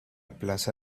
plaza